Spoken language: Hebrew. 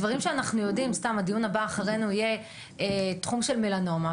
אלה דברים שאנחנו יודעים הדיון הבא אחרינו יהיה בתחום של מלנומה,